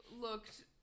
looked